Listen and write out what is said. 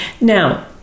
Now